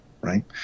right